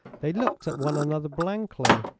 they looked at one another blankly.